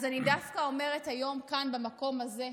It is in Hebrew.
אז אני דווקא אומרת היום כאן, במקום הזה: